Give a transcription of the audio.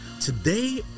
Today